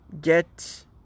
get